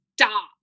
stop